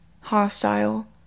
hostile